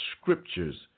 scriptures